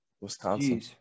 Wisconsin